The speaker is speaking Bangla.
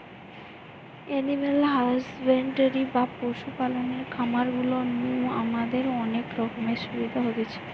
এনিম্যাল হাসব্যান্ডরি বা পশু পালনের খামার গুলা নু আমাদের অনেক রকমের সুবিধা হতিছে